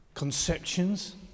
Conceptions